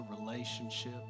relationship